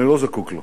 אני לא זקוק לו.